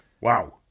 Wow